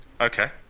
Okay